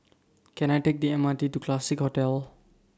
Can I Take The M R T to Classique Hotel